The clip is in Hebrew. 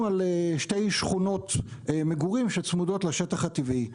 גם על שתי שכונות מגורים שצמודות לשטח הטבעי.